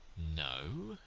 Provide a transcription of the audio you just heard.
no.